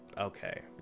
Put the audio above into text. okay